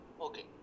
Okay